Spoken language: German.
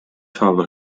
farbe